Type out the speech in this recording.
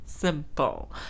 Simple